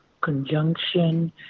conjunction